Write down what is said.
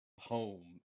home